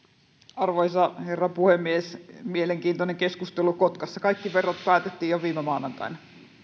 arvoisa herra puhemies mielenkiintoinen keskustelu kotkassa kaikki verot päätettiin jo viime maanantaina